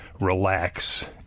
relax